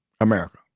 America